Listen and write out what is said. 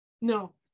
No